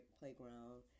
playground